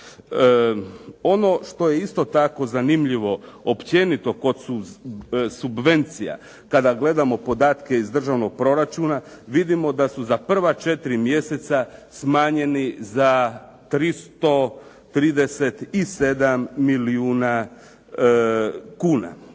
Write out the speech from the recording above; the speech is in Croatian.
Ono što je isto tako zanimljivo općenito kod subvencija kada gledamo podatke iz državnog proračuna vidimo da su za prva četiri mjeseca smanjeni za 337 milijuna kuna.